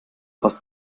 aus